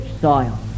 soil